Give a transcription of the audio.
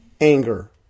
anger